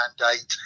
mandate